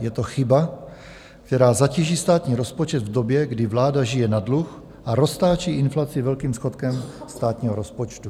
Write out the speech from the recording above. Je to chyba, která zatíží státní rozpočet v době, kdy vláda žije na dluh a roztáčí inflaci velkým schodkem státního rozpočtu.